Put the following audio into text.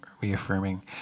reaffirming